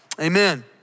amen